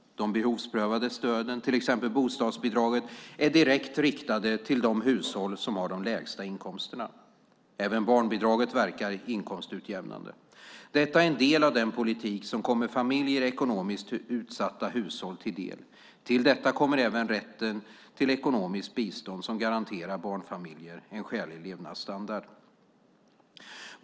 De behovsprövade stöden, till exempel bostadsbidraget, är direkt riktade till de hushåll som har de lägsta inkomsterna. Även barnbidraget verkar inkomstutjämnande. Detta är en del av den politik som kommer familjer i ekonomiskt utsatta hushåll till del. Till detta kommer även rätten till ekonomiskt bistånd som garanterar barnfamiljer en skälig levnadsstandard.